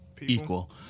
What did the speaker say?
equal